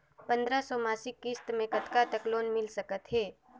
पंद्रह सौ मासिक किस्त मे कतका तक लोन मिल सकत हे?